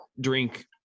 drink